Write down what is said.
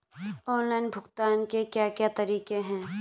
Online भुगतान के क्या क्या तरीके हैं?